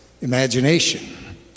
imagination